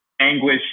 anguish